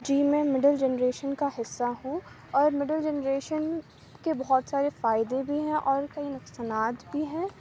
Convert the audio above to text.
جی میں middle generation کا حصّہ ہوں اور مڈل جنریشن کے بہت سارے فائدے بھی ہیں اور کئی نقصانات بھی ہیں